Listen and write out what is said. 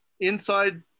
inside